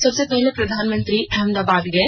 सबसे पहले प्रधानमंत्री अहमदाबाद गए